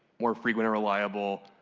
more frequently reliable